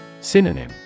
Synonym